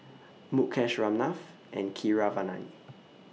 Mukesh Ramnath and Keeravani